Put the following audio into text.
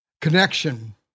Connection